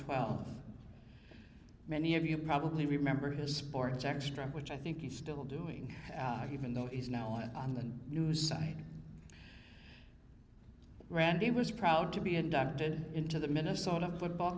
twelve many of you probably remember his sports extra which i think you still doing even though is now on the news side randy was proud to be inducted into the minnesota football